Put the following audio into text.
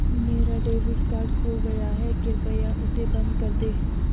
मेरा debit card खो गया है, कृपया उसे बंद कर दें